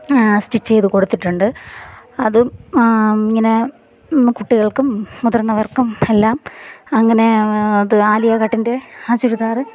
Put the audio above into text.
stitch ചെയ്ത് കൊടുത്തിട്ടുണ്ട് അതും ഇങ്ങനെ കുട്ടികൾക്കും മുതിർന്നവർക്കും എല്ലാം അങ്ങനെ അത് ആലിയ കട്ടിൻ്റെ ആ ചുരിദാർ